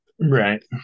Right